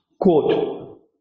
Quote